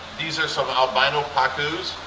these are some albino pacus.